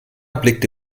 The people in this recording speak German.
blickte